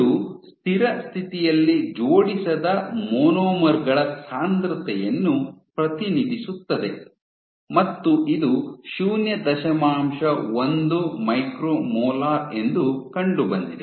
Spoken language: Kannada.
ಇದು ಸ್ಥಿರ ಸ್ಥಿತಿಯಲ್ಲಿ ಜೋಡಿಸದ ಮೊನೊಮರ್ ಗಳ ಸಾಂದ್ರತೆಯನ್ನು ಪ್ರತಿನಿಧಿಸುತ್ತದೆ ಮತ್ತು ಇದು ಶೂನ್ಯ ದಶಮಾಂಶ ಒಂದು ಮೈಕ್ರೊಮೋಲಾರ್ ಎಂದು ಕಂಡುಬಂದಿದೆ